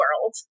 world